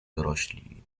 dorośli